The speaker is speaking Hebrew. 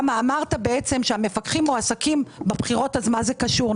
אמרת שהמפקחים מועסקים רק בבחירות אז מה זה קשור?